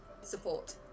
support